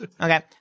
Okay